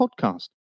podcast